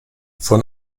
von